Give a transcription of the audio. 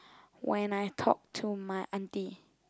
when I talked to my auntie